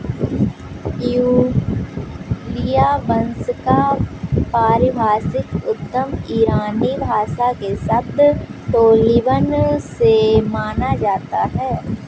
ट्यूलिया वंश का पारिभाषिक उद्गम ईरानी भाषा के शब्द टोलिबन से माना जाता है